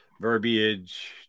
verbiage –